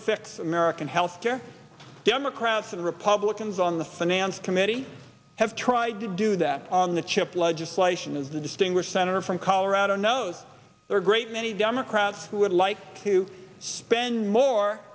fix american health care democrats and republicans on the finance committee have tried to do that on the chip legislation is a distinguished senator from colorado knows a great many democrats who would like to spend more